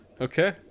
okay